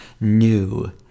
new